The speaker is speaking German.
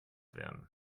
werden